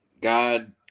God